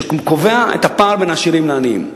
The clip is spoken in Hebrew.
שקובע את הפער בין העשירים לעניים.